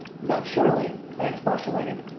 but surely, i expostulated,